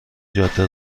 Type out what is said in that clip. جاده